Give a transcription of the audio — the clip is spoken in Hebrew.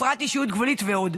הפרעת אישיות גבולית ועוד.